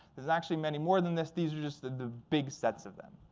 there's actually many more than this. these are just the big sets of them.